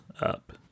up